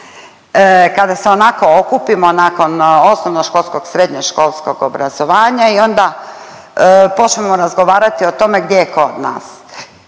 kada se onako okupimo nakon osnovnoškolskog i srednjoškolskog obrazovanja i onda počnemo razgovarati o tome gdje je ko od nas